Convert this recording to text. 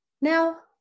Now